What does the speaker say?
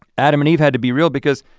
adam and eve had to be real because